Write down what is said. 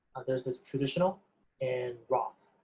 there's the traditional and roth.